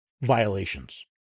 violations